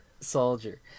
Soldier